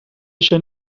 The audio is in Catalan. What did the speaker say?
eixa